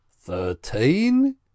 thirteen